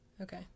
Okay